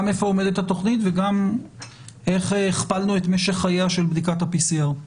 גם איפה עומדת התוכנית וגם איך הכפלנו את משך חייה של בדיקת ה-PCR?